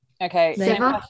okay